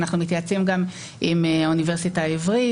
אנחנו מתייעצים עם האוניברסיטה העברית,